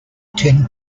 ten